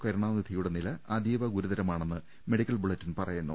കരുണാനിധിയുടെ നില അതീവ ഗുരുതരമാണെന്ന് മെഡിക്കൽ ബുള്ളറ്റിൻ പറയുന്നു